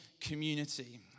community